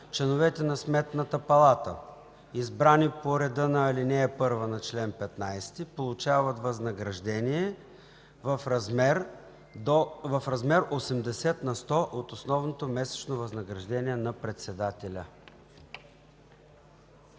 Членовете на Сметната палата, избрани по реда на ал. 1 на чл. 15, получават възнаграждение в размер 80 на сто от основното месечно възнаграждение на председателя.”